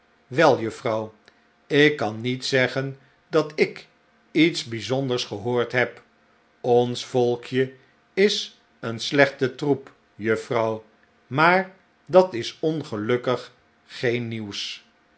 wel juffrouw ik lean niet zeggen dat ik iets bijzonders gehoord heb ons volkje is een slechte troep juffrouw maar dat is ongelukkig geen nieuws